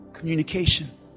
Communication